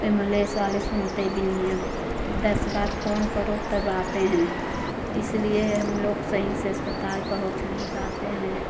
ambulance वाले सुनते भी नहीं है दस बार फ़ोन करो तब आते हैं इसलिए हम लोग सही अस्पताल पहुँच नहीं पाते हैं